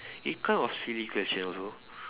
it kind of silly question also